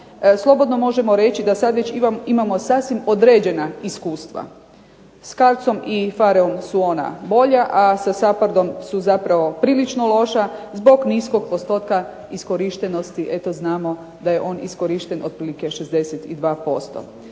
slobodno možemo reći da sad već imamo sasvim određena iskustva. S CARDS-om i PHARE-om su ona bolja, a sa SAPARD-om su zapravo prilično loša zbog niskog postotka iskorištenosti. Eto znamo da je on iskorišten otprilike 62%.